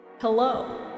Hello